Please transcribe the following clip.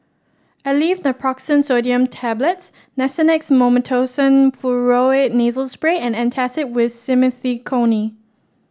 Aleve Naproxen Sodium Tablets Nasonex Mometasone Furoate Nasal Spray and Antacid with Simethicone